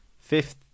Fifth